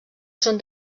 són